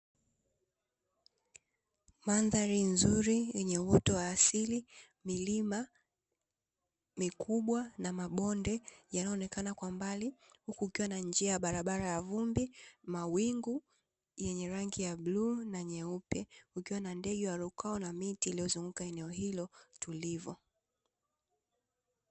Mandhari nzuri, yenye uoto wa asili, milima, mikubwa na mabonde yanaonekana kwa mbali. Huku, kukiwa na njia ya barabara ya vumbi, mawingu yenye rangi ya bluu na nyeupe, kukiwa na ndege waliokaa na miti iliyozunguka eneo hilo tulivu.